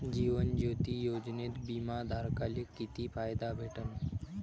जीवन ज्योती योजनेत बिमा धारकाले किती फायदा भेटन?